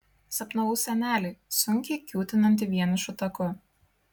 sapnavau senelį sunkiai kiūtinantį vienišu taku